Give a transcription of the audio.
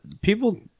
people